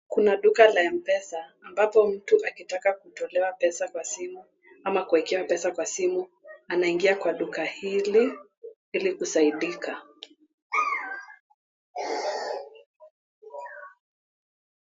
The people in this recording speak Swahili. Kuna duka la Mpesa ambalo mtu akitaka kutolewa pesa kwa simu ama kuwekea pesa kwa simu anaingia kwa duka hili ili kusaidika.